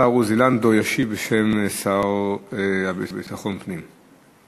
השר עוזי לנדאו ישיב בשם השר לביטחון פנים.